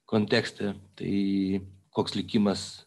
kontekste tai koks likimas